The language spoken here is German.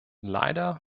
leider